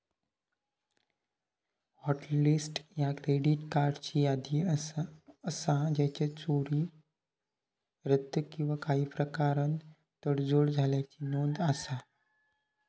hot list ह्या credit कार्ड्सची यादी असा ज्याचा चोरी, रद्द किंवा काही प्रकारान तडजोड झाल्याची नोंद असा